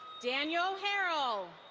daniel harrell.